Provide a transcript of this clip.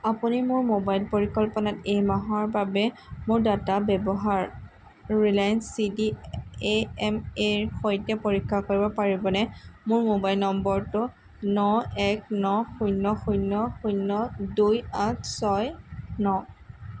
আপুনি মোৰ মোবাইল পৰিকল্পনাত এই মাহৰ বাবে মোৰ ডাটা ব্যৱহাৰ ৰিলায়েঞ্চ চি ডি এম এৰ সৈতে পৰীক্ষা কৰিব পাৰিবনে মোৰ মোবাইল নম্বৰটো ন এক ন শূন্য শূন্য শূন্য দুই আঠ ছয় ন